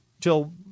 till